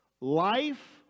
Life